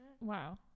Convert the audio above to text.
Wow